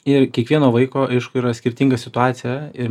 ir kiekvieno vaiko aišku yra skirtinga situacija ir